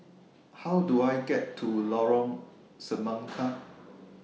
How Do I get to Lorong Semangka